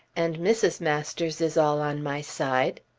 and mrs. masters is all on my side.